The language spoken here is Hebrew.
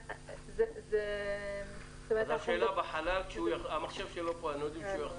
אז נשאל אותו כשהוא יחזור.